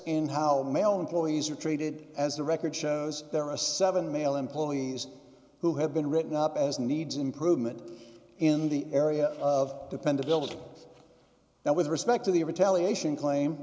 in how male employees are treated as the record shows there are a seven male employees who have been written up as needs improvement in the area of dependability now with respect to the retaliation claim